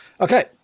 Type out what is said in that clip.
Okay